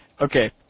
Okay